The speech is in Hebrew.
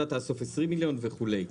אתה תאסוף 20 מיליון וכולי.